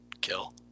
kill